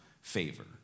favor